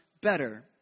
better